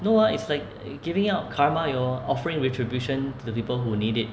no ah it's like giving out karma you're offering retribution to the people who need it